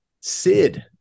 Sid